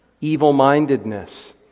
evil-mindedness